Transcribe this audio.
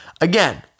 Again